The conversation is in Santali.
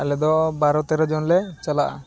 ᱟᱞᱮᱫᱚ ᱵᱟᱨᱚ ᱛᱮᱨᱚᱡᱚᱱᱞᱮ ᱪᱟᱞᱟᱜᱼᱟ